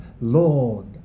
Lord